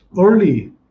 early